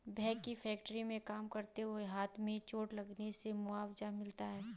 भैया के फैक्ट्री में काम करते हुए हाथ में चोट लगने से मुआवजा मिला हैं